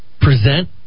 Present